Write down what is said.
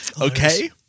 Okay